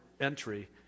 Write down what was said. entry